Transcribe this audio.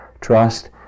Trust